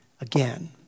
again